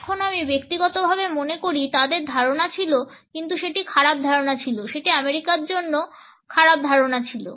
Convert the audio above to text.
এখন আমি ব্যক্তিগতভাবে মনে করি তাদের ধারণা ছিল কিন্তু সেটি খারাপ ধারণা ছিল সেটি আমেরিকার জন্য খারাপ ধারণা ছিল